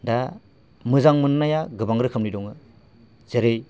दा मोजां मोननाया गोबां रोखोमनि दङ जेरै